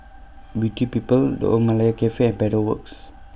Beauty People The Old Malaya Cafe Pedal Works